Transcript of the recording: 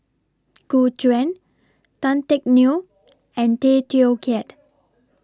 Gu Juan Tan Teck Neo and Tay Teow Kiat